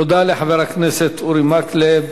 תודה לחבר הכנסת אורי מקלב.